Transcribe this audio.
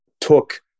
took